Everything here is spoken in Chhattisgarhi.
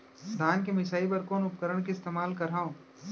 धान के मिसाई बर कोन उपकरण के इस्तेमाल करहव?